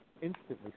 instantly